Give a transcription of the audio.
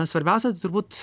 svarbiausia tai turbūt